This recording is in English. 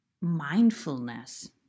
mindfulness